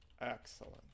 Excellent